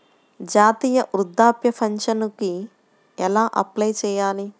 జాతీయ వృద్ధాప్య పింఛనుకి ఎలా అప్లై చేయాలి?